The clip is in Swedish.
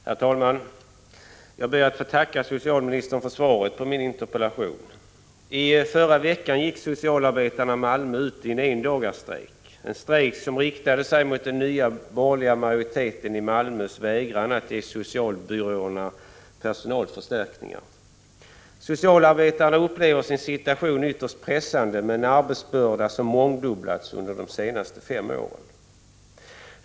Herr talman! Jag ber att få tacka socialministern för svaret på min interpellation. Förra veckan gick socialarbetarna i Malmö ut i en endagsstrejk riktad mot den nya borgerliga majoriteten i Malmö, som vägrar att bevilja socialbyråerna personalförstärkningar. Socialarbetarna upplever sin situation som ytterst pressande. Deras arbetsbörda har mångdubblats under de senaste fem åren.